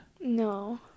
No